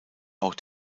auch